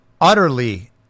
utterly